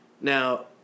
Now